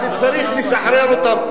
הוא כבר שתי דקות אחרי הזמן.